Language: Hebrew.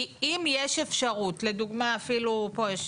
כי אם יש אפשרות לדוגמה אפילו פה,